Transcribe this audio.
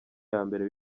yambere